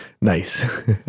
Nice